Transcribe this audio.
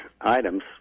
items